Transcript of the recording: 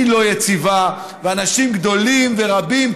היא לא יציבה ואנשים גדולים ורבים,